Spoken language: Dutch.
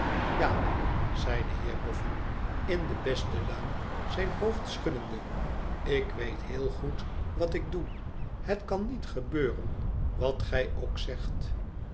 wegg zei de heer boffin in de beste luim zijn hoofd schuddende ik weet heel goed wat ik doe het kan niet gebeuren wat gij ook zegt